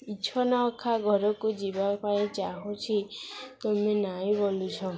ଇଚ୍ଛ ନ ଅଖା ଘରକୁ ଯିବା ପାଇଁ ଚାହୁଁଛି ତୁମେ ନାଇଁ ବଲୁଛନ୍